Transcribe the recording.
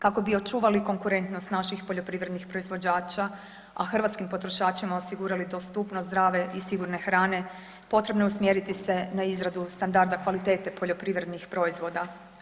Kako bi očuvali konkurentnost naših poljoprivrednih proizvođača, a hrvatskim potrošačima osigurali dostupnost zdrave i sigurne hrane potrebno je usmjeriti se na izradu standarda kvalitete poljoprivrednih proizvoda.